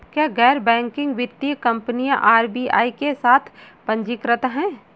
क्या गैर बैंकिंग वित्तीय कंपनियां आर.बी.आई के साथ पंजीकृत हैं?